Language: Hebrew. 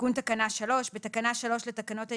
תיקון תקנה 3 בתקנה 3 לתקנות העיקריות,